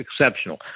exceptional